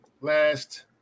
last